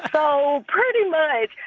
so pretty much,